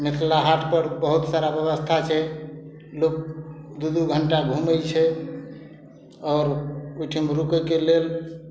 मिथिला हाटपर बहुत सारा व्यवस्था छै लोक दू दू घण्टा घुमय छै आओर ओइठिम रुकयके लेल